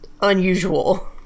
unusual